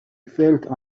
felt